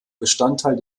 bestandteil